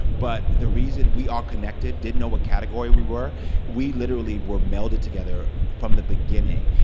but the reason we all connected didn't know what category we were we literally were melded together from the beginning.